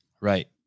Right